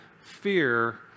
fear